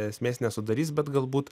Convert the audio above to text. ėsmės nesudarys bet galbūt